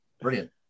Brilliant